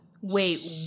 Wait